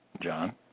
John